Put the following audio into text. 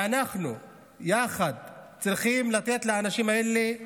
שאנחנו יחד צריכים לתת לאנשים האלה,